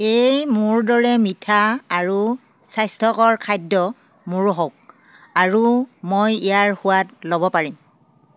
এই মৌৰ দৰে মিঠা আৰু স্বাস্থ্যকৰ খাদ্য মোৰো হওক আৰু মই ইয়াৰ সোৱাদ ল'ব পাৰিম